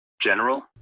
General